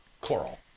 coral